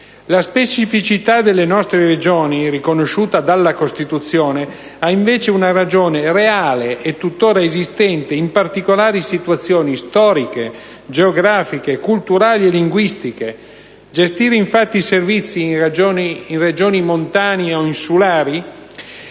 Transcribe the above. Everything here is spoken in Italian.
La specificità delle nostre Regioni riconosciuta dalla Costituzione ha invece una ragione reale e tuttora esistente in particolari situazione storiche, geografiche, culturali e linguistiche. Gestire infatti i servizi in Regioni montane o insulari